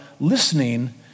listening